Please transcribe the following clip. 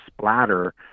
splatter